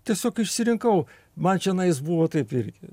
tiesiog išsirinkau man čionais buvo taip irgi